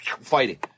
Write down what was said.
Fighting